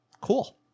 Cool